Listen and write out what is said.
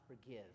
forgive